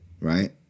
right